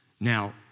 Now